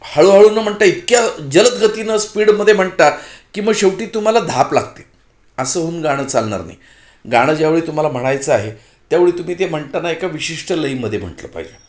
हळूहळू नं म्हणता इतक्या जलदगतीनं स्पीडमध्ये म्हणता की मग शेवटी तुम्हाला धाप लागते असं होऊन गाणं चालणार नाही गाणं ज्यावेळी तुम्हाला म्हणायचं आहे त्यावेळी तुम्ही ते म्हणताना एका विशिष्ट लयीमध्ये म्हटलं पाहिजे